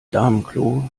damenklo